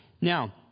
Now